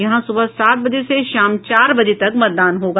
यहां सुबह सात बजे से शाम चार बजे तक मतदान होगा